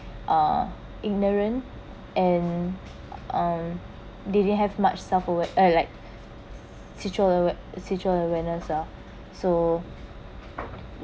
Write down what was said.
uh ignorant and um they didn't have much such a uh like awareness ah so